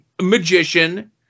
magician